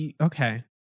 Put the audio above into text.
okay